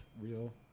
real